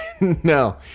no